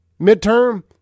midterm